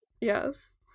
Yes